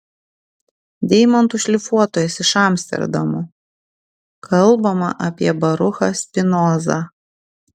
deimantų šlifuotojas iš amsterdamo kalbama apie baruchą spinozą